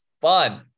fun